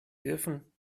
dürfen